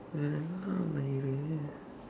and how என்னா:ennaa lah இது:ithu